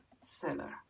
seller